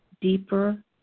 deeper